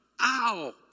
ow